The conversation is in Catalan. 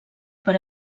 per